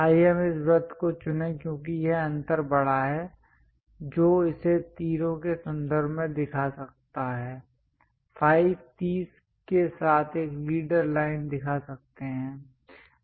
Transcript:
आइए हम इस वृत्त को चुनें क्योंकि यह अंतर बड़ा है जो इसे तीरों के संदर्भ में दिखा सकता है फाई 30 के साथ एक लीडर लाइन दिखा सकते हैं